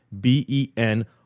B-E-N